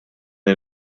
dan